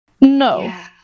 no